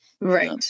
right